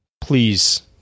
please